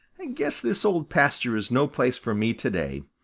guess this old pasture is no place for me to-day.